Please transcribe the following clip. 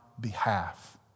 behalf